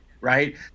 right